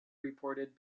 reported